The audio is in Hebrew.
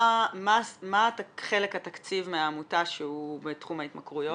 מה חלק מהתקציב מהעמותה שהוא בתחום ההתמכרויות?